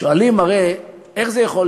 שואלים הרי, איך ייתכן